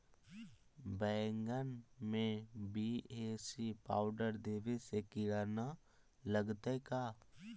बैगन में BAC powder देबे से किड़ा न लगतै का?